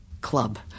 club